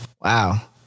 Wow